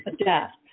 adapt